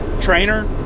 trainer